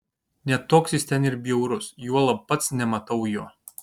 ne toks jis ten ir bjaurus juolab pats nematau jo